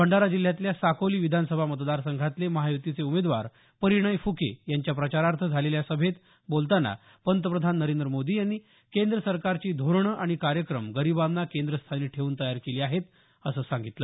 भंडारा जिल्ह्यातल्या साकोली विधानसभा मतदारसंघातले महायुतीचे उमेदवार परिणय फुके यांच्या प्रचारार्थ झालेल्या सभेत बोलतांना पंतप्रधान नरेंद्र मोदी यांनी केंद्र सरकारची धोरणं आणि कार्यक्रम गरीबांना केंद्रस्थानी ठेऊन तयार केली आहेत असं सांगितलं